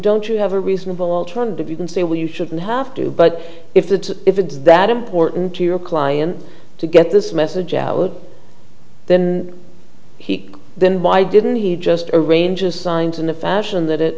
don't you have a reasonable alternative you can say well you shouldn't have to but if that if it's that important to your client to get this message out then he then why didn't he just arrange a signs in the fashion that it